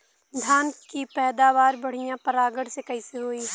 धान की पैदावार बढ़िया परागण से कईसे होई?